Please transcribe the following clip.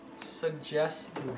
suggest